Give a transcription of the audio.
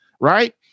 right